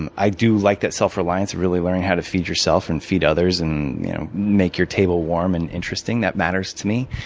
and i do like that self reliance of really learning how to feed yourself and feed others and make your table warm and interesting. that matters to me.